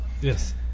Yes